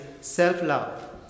self-love